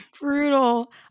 brutal